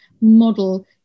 model